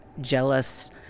jealous